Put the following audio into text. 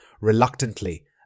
reluctantly